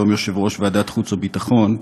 היום יושב-ראש ועדת חוץ וביטחון,